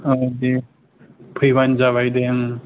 औ दे फैबानो जाबाय दे